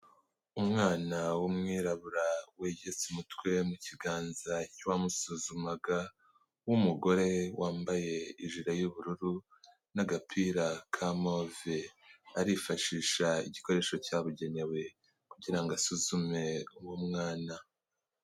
Umwana w'umwirabura, wegetse umutwe mu kiganza cy'uwamusuzumaga w'umugore, wambaye ijiri y'ubururu, n'agapira ka move, arifashisha igikoresho cyabugenewe, kugira ngo asuzume uwo mwana.